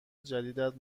جدیدت